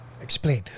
Explain